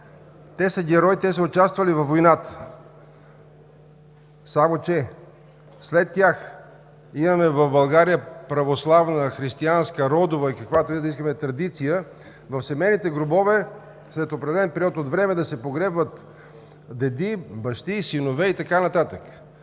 Те са герои, те са участвали във войната. Само че след тях имаме в България православна християнска, родова или каквато искаме традиция, в семейните гробове след определен период от време да се погребват деди, бащи, синове и така нататък.